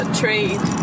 trade